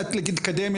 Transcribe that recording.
האקדמיה,